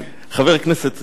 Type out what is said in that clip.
חבר הכנסת,